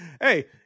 Hey